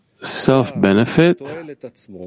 self-benefit